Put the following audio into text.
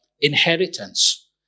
inheritance